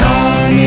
on